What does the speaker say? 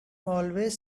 always